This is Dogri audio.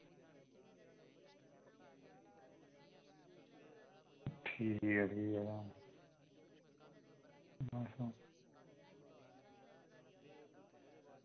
ठीक ठीक ऐ तां